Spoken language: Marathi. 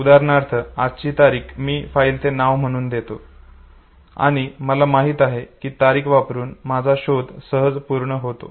उदाहरणार्थ आजची तारीख मी ते फाईलचे नाव म्हणून देतो आणि मला माहित आहे की तारीख वापरुन माझा शोध सहज पूर्ण होतो